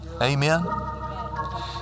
Amen